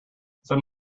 some